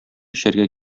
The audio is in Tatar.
эчәргә